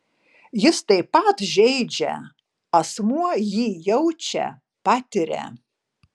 jis taip pat žeidžia asmuo jį jaučia patiria